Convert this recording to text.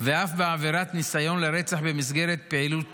ואף בעבירת ניסיון לרצח במסגרת פעילות טרור,